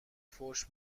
فحش